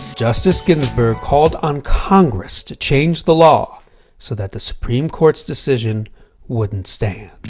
justice ginsburg called on congress to change the law so that the supreme court's decision wouldn't stand.